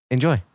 Enjoy